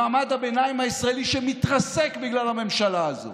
במעמד הביניים הישראלי, שמתרסק בגלל הממשלה הזו.